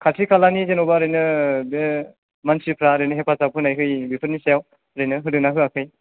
खाथि खालानि जेनोबा ओरैनो बे मानसिफ्रा ओरैनो हेफाजाब होनाय होयै बेफोरनि सायाव ओरैनो होदोंना होयाखै